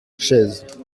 chaises